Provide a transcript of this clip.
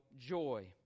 joy